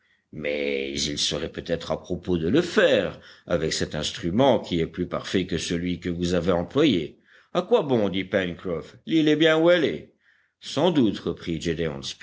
mais il serait peut-être à propos de le faire avec cet instrument qui est plus parfait que celui que vous avez employé à quoi bon dit pencroff l'île est bien où elle est sans doute reprit